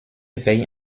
veille